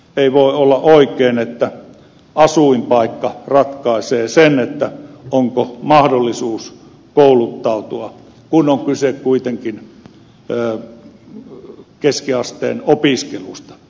ei voi olla oikein että asuinpaikka ratkaisee sen onko mahdollisuus kouluttautua kun on kuitenkin kyse keskiasteen opiskelusta